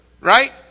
right